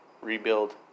rebuild